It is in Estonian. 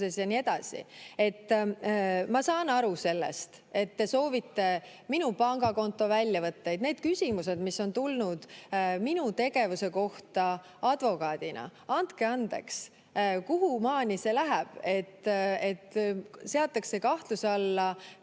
Ma saan aru sellest, et te soovite minu pangakonto väljavõtteid. Need küsimused, mis on tulnud minu tegevuse kohta advokaadina – andke andeks! Kuhumaani see läheb? Seatakse kahtluse alla ka